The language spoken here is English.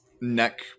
neck